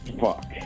Fuck